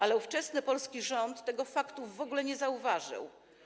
Ale ówczesny polski rząd tego faktu w ogóle nie zauważył.